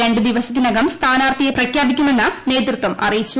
രണ്ടു ദിവസത്തിനകം സ്ഥാനാർത്ഥിയെ പ്രഖ്യാപിക്കുമെന്ന് നേതൃത്വം അറിയിച്ചു